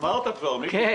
אמרת כבר, מיקי.